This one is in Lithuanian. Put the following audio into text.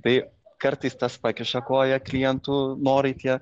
tai kartais tas pakiša koją klientų norai tie